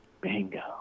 Bingo